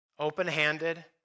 open-handed